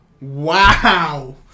Wow